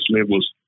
levels